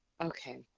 Okay